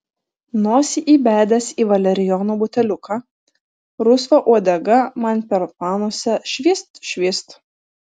nosį įbedęs į valerijono buteliuką rusva uodega man per panosę švyst švyst